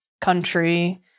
country